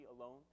alone